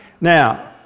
Now